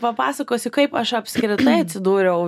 papasakosiu kaip aš apskritai atsidūriau